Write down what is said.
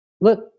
Look